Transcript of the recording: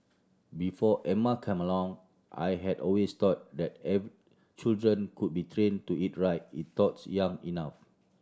before Emma came along I had always thought that children could be train to eat right if taught young enough